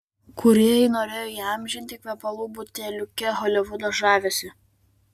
kūrėjai norėjo įamžinti kvepalų buteliuke holivudo žavesį